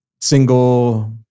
single